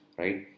right